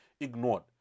ignored